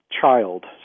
child